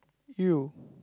!eww!